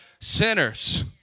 sinners